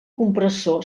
compressor